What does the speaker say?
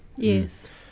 yes